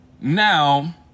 Now